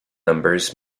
numbers